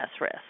risk